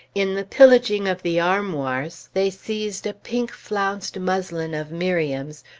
in the pillaging of the armoirs, they seized a pink flounced muslin of miriam's,